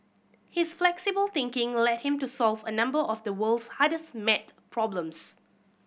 his flexible thinking led him to solve a number of the world's hardest maths problems